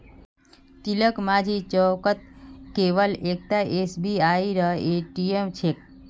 तिलकमाझी चौकत केवल एकता एसबीआईर ए.टी.एम छेक